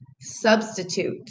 Substitute